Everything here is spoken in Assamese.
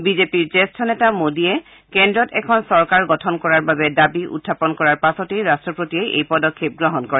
বিজেপিৰ জ্যেষ্ঠ নেতা মেদীয়ে কেন্দ্ৰত এখন চৰকাৰ গঠন কৰাৰ বাবে দাবী উখাপন কৰাৰ পাছতে ৰাট্টপতিয়ে এই পদক্ষেপ গ্ৰহণ কৰে